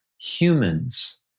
humans